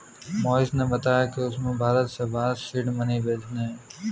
मोहिश ने बताया कि उसे भारत से बाहर सीड मनी भेजने हैं